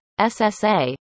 SSA